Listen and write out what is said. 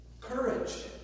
Courage